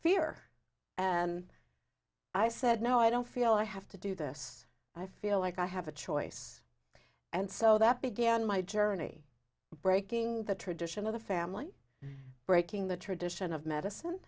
fear and i said no i don't feel i have to do this i feel like i have a choice and so that began my journey breaking the tradition of the family breaking the tradition of medicine